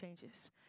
changes